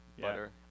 butter